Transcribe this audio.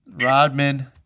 Rodman